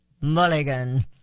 Mulligan